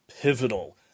pivotal